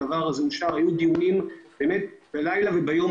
היו דיונים בלילה וביום,